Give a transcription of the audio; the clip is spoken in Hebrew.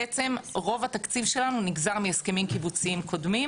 בעצם רוב התקציב שלנו נגזר מהסכמים קיבוציים קודמים,